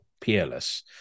peerless